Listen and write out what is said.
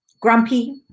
grumpy